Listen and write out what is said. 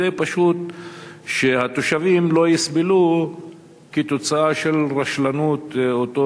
פשוט כדי שהתושבים לא יסבלו כתוצאה מרשלנות אותו